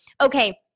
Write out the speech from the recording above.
Okay